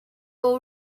all